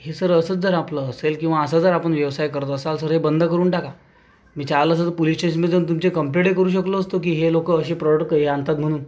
हे सर असंच जर आपलं असेल किंवा असा जर आपण व्यवसाय करत असाल सर हे बंद करून टाका मी चाहलं असतं पुलिस स्टेशनमध्ये जाऊन तुमची कम्पलेंटही करू शकलो असतो की हे लोक असे प्रॉडक्ट हे आणतात म्हनून